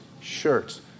shirts